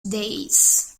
days